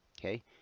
Okay